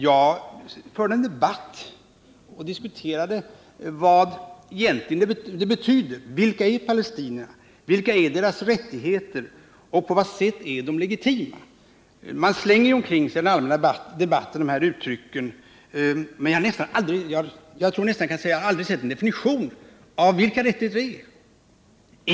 Jag förde en diskussion om dess egentliga innebörd. Vilka är palestinierna, vilka är deras rättigheter och på vad sätt är de legitima? Man slänger dessa uttryck omkring sig i den allmänna debatten, men jag tror nästan att jag kan säga att jag aldrig sett någon definition av vilka rättigheter det är fråga om.